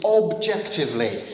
objectively